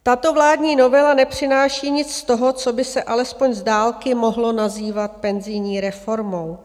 Tato vládní novela nepřináší nic z toho, co by se alespoň zdálky mohlo nazývat penzijní reformou.